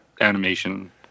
animation